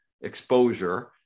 exposure